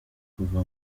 kuva